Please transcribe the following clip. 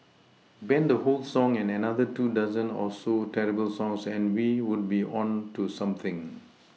ban the whole song and another two dozen or so terrible songs and we would be on to something